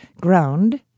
ground